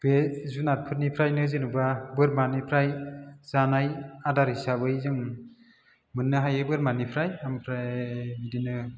बे जुनारफोरनिफ्रायनो जेन'बा बोरमानिफ्राय जानाय आदार हिसाबै जों मोननो हायो बोरमानिफ्राय ओमफ्राय बिदिनो